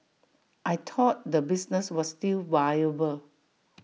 I thought the business was still viable